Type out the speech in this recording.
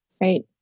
right